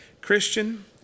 Christian